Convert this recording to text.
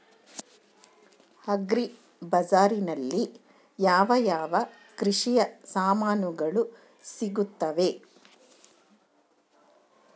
Agri ಬಜಾರಿನಲ್ಲಿ ಯಾವ ಯಾವ ಕೃಷಿಯ ಸಾಮಾನುಗಳು ಸಿಗುತ್ತವೆ?